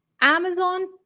Amazon